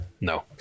No